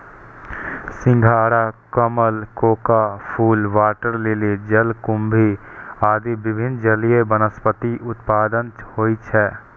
सिंघाड़ा, कमल, कोका फूल, वाटर लिली, जलकुंभी आदि विभिन्न जलीय वनस्पतिक उत्पादन होइ छै